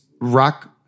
rock